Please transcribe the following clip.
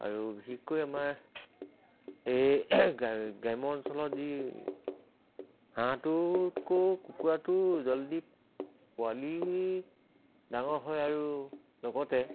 আৰু বিশেষকৈ আমাৰ এই গ্ৰাম্য অঞ্চলত যি হাঁহটোতকৈ কুকুৰাটো জলদি পোৱালি ডাঙৰ হয় আৰু লগতে